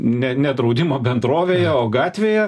ne ne draudimo bendrovėje o gatvėje